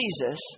Jesus